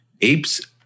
Apes